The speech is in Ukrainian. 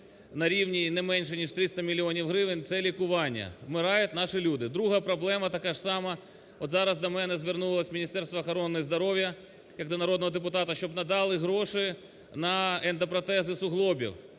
нарівні не менш ніж 300 мільйонів гривень це лікування. Вмирають наші люди. Друга проблема така ж сама. От зараз до мене звернулося Міністерство охорони здоров'я як до народного депутата, щоб надали гроші на ендопротези суглобів.